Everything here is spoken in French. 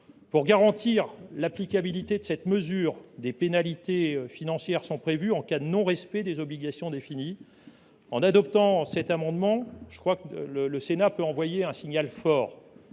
Pour garantir l’applicabilité de cette mesure, des pénalités financières sont prévues en cas de non respect des obligations définies. En adoptant cet amendement, le Sénat enverrait un signal fort.